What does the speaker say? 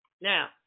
Now